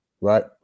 Right